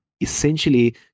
essentially